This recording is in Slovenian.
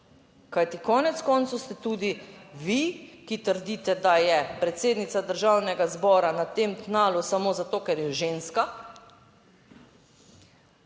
Kajti konec koncev ste tudi vi, ki trdite, da je predsednica Državnega zbora na tem tnalu samo zato, ker je ženska,